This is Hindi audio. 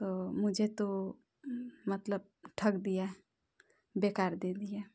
तो मुझे तो मतलब ठग दिया बेकार दे दिया